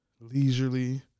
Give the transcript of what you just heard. leisurely